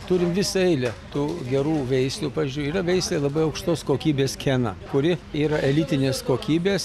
turim visą eilę tų gerų veislių pavyzdžiui yra veislė labai aukštos kokybės kena kuri yra elitinės kokybės